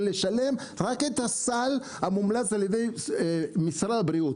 לשלם רק את הסל המומלץ על ידי משרד הבריאות.